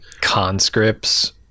Conscripts